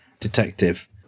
Detective